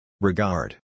Regard